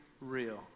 real